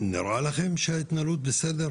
נראה לכם שההתנהלות תקינה?